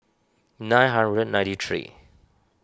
nine hundred ninety three